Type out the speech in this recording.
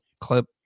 clip